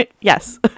Yes